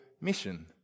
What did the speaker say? mission